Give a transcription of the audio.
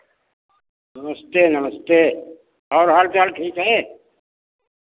नमस्ते नमस्ते और हाल चाल ठीक है